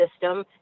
system